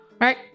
right